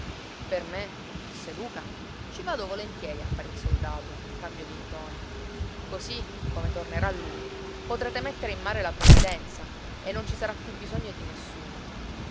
per me disse luca ci vado volentieri a fare il soldato in cambio di ntoni così come tornerà lui potrete mettere in mare la provvidenza e non ci sarà più bisogno di nessuno